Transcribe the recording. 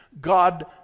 God